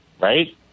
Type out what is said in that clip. right